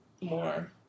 more